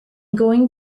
going